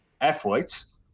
athletes